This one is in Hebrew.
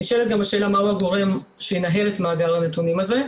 נשאלת גם השאלה מהו הגורם שינהל את מאגר הנתונים הזה,